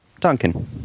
Duncan